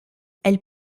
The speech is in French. elle